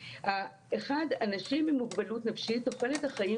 אחד אנשים עם מוגבלות נפשית תוחלת החיים